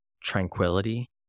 tranquility